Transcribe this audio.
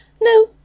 No